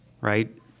right